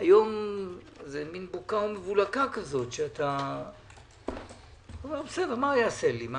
היום זה מין בוקה ומבולקה - מה הוא יעשה לי?